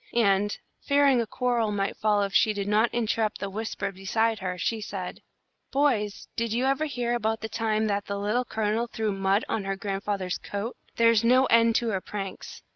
and, fearing a quarrel might follow if she did not interrupt the whispers beside her, she said boys, did you ever hear about the time that the little colonel threw mud on her grandfather's coat? there's no end to her pranks.